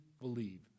believe